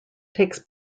takes